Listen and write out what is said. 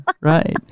right